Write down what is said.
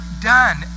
done